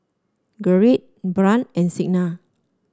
Gerrit Brant and Signa